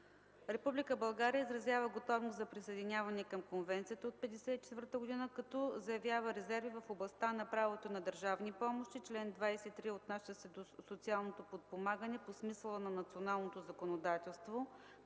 изразява готовност за присъединяване към Конвенцията от 1954 г., като заявява резерви в областта на правото на държавни помощи (чл. 23, отнасящ се до социалното подпомагане по смисъла на националното законодателство),